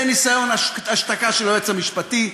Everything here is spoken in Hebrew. זה ניסיון השתקה של היועץ המשפטי,